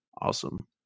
awesome